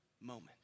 moment